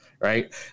Right